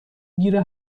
گیر